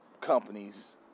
companies